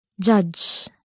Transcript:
Judge